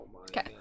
okay